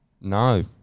No